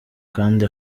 kandi